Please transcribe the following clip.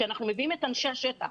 כי אנחנו מביאים את אנשי השטח.